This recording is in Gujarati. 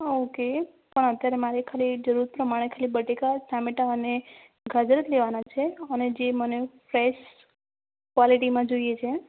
હાં ઓકે પણ અત્યારે મારે ખાલી જરૂર પ્રમાણે ખાલી બટેકા ટામેટાં અને ગાજર જ લેવાના છે અને જે મને સહજ ક્વોલિટીમાં જોઈએ છે